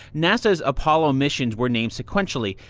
nasa's apollo missions were named sequentially,